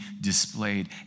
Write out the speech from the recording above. displayed